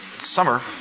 summer